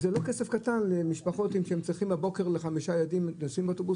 וזה לא כסף קטן למשפחות כשהם צריכים בבוקר לשים חמישה ילדים באוטובוס,